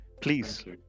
Please